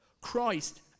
Christ